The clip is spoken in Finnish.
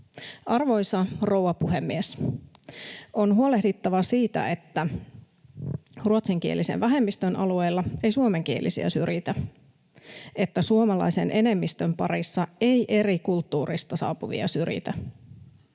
Arvoisa rouva puhemies! On huolehdittava siitä, että ruotsinkielisen vähemmistön alueella ei suomenkielisiä syrjitä, että suomalaisen enemmistön parissa ei eri kulttuureista saapuvia syrjitä.